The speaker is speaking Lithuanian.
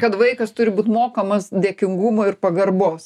kad vaikas turi būt mokomas dėkingumo ir pagarbos